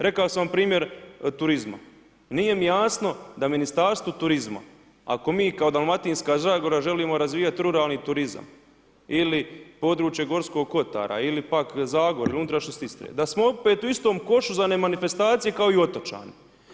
Rekao sam vam primjer turizma, nije mi jasno da Ministarstvo turizma, ako mi kao dalmatinska zagora želimo razvijat ruralni turizam ili područje Gorskog kotara ili pak Zagore, unutrašnjost Istre, da smo opet u istom košu za manifestacije kao i otočani.